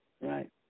right